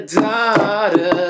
daughter